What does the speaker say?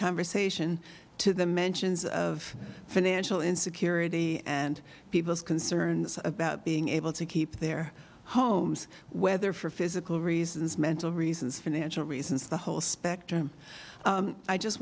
conversation to the mentions of financial insecurity and people's concerns about being able to keep their homes whether for physical reasons mental reasons financial reasons the whole spectrum i just